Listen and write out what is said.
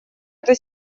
эта